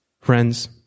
Friends